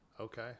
Okay